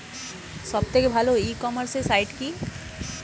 সব থেকে ভালো ই কমার্সে সাইট কী?